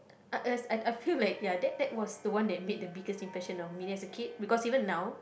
I feel like ya that that was the one that made the biggest impression on me as a kid because even now